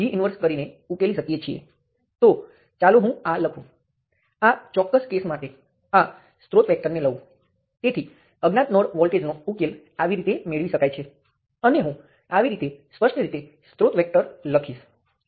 ચોક્કસ ઉદાહરણ સાથે ચોક્કસ સંખ્યાના સ્ત્રોતો સાથે આની ચર્ચા કરવી સરળ છે તેથી હું તે જ કરવા જઈ રહ્યો છું